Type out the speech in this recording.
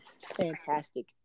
fantastic